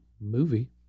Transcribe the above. movie